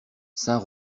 saint